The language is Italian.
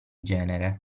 genere